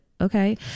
okay